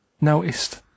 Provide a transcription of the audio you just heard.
noticed